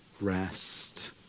rest